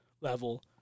level